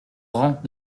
rangs